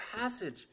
passage